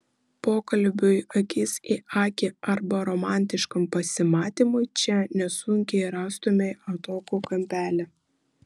pokalbiui akis į akį arba romantiškam pasimatymui čia nesunkiai rastumei atokų kampelį